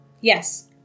yes